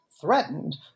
threatened